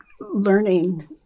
learning